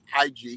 IG